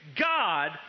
God